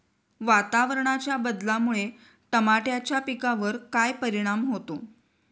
वातावरणाच्या बदलामुळे टमाट्याच्या पिकावर काय परिणाम होतो?